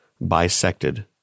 bisected